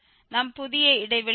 நம் புதிய இடைவெளி 0